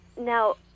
now